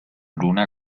luna